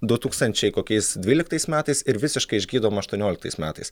du tūkstančiai kokiais dvyliktais metais ir visiškai išgydoma aštuonioliktais metais